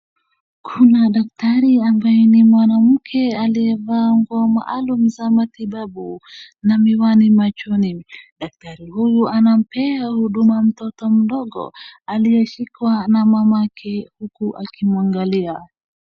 Kuna daktari ambaye ni mwanamke aliyevaa nguo maalum za matibabu na mwiwani machoni, daktari huyu anampea huduma mtoto mdogo aliyeshikwa na mamake huku akimwangalia.